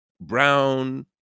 brown